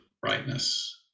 brightness